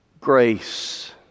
grace